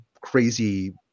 crazy